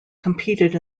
competed